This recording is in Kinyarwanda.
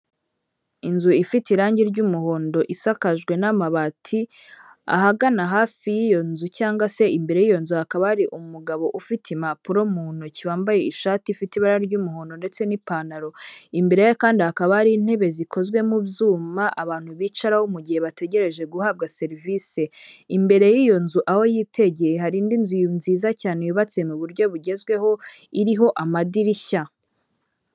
Inzu ifite irangi ry'umuhondo isakajwe n'amabati ahagana hafi y'iyo nzu cyangwa se imbere y'iyo nzu hakaba ari umugabo ufite impapuro mu ntoki wambaye ishati ifite ibara ry'umuhondo ndetse n'ipantaro, imbere ye kandi hakaba ari intebe zikozwe mu byuma abantu bicararaho mu gihe bategereje guhabwa serivisi. Imbere y'iyo nzu aho yitegeye hari indi nzu nziza cyane yubatse muburyo bugezweho iriho amadirishya.